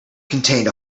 contained